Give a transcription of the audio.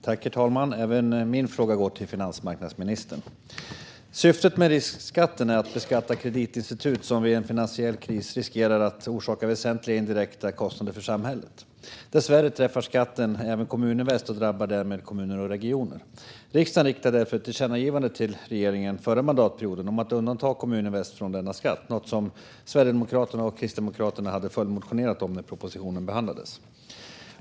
Herr talman! Även min fråga går till finansmarknadsministern. Syftet med riskskatten är att beskatta kreditinstitut som vid en finansiell kris riskerar att orsaka väsentliga indirekta kostnader för samhället. Dessvärre träffar skatten även Kommuninvest och drabbar därmed kommuner och regioner. Riksdagen riktade därför förra mandatperioden ett tillkännagivande till regeringen om att undanta Kommuninvest från denna skatt, något som Sverigedemokraterna och Kristdemokraterna hade följdmotionerat om när propositionen behandlades.